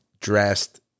dressed